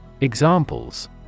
Examples